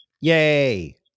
Yay